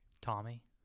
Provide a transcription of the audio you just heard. Tommy